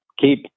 keep